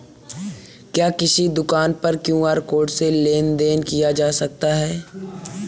क्या किसी दुकान पर क्यू.आर कोड से लेन देन देन किया जा सकता है?